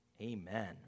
Amen